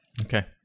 Okay